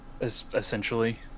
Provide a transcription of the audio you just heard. essentially